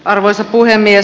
arvoisa puhemies